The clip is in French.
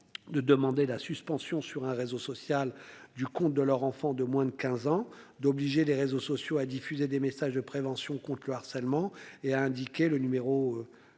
De demander la suspension sur un réseau social du compte de leur enfant de moins de 15 ans d'obliger les réseaux sociaux à diffuser des messages de prévention contre le harcèlement et a indiqué le numéro.